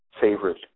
favorite